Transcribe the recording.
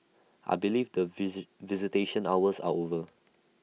I believe that visit visitation hours are over